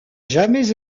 jamais